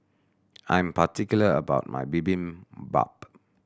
I am particular about my Bibimbap